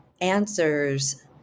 answers